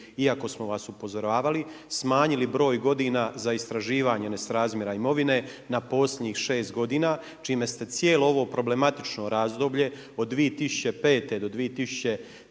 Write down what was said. iako smo vas upozoravali, smanjili broj godina za istraživanja nesrazmjera imovine na posljednjih šest godina, čime ste cijelu ovo problematično razdoblje od 2005. do 2010.